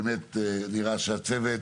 באמת נראה שהצוות,